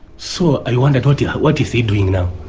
so i wondered what yeah what is he doing now.